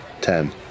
ten